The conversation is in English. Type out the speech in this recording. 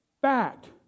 fact